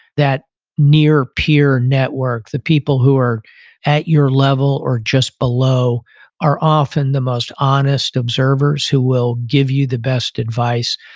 that near peer network, the people who are at your level or just below are often the most honest observers who will give you the best advice.